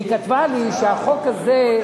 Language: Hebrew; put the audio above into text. היא כתבה לי שהחוק הזה,